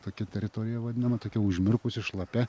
tokia teritorija vadinama tokia užmirkusi šlapia